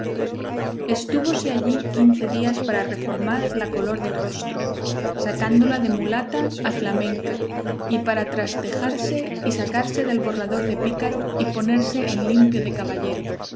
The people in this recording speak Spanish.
madre estúvose allí quince días para reformar la color del rostro sacándola de mulata a flamenca y para trastejarse y sacarse del borrador de pícaro y ponerse en limpio de caballero